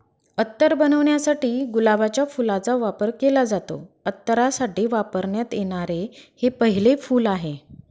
अत्तर बनवण्यासाठी गुलाबाच्या फुलाचा वापर केला जातो, अत्तरासाठी वापरण्यात येणारे हे पहिले फूल आहे